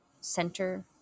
center